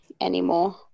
anymore